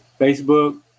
Facebook